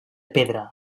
pedra